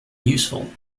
useful